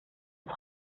ist